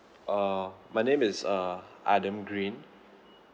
uh my name uh adam green